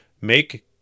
Make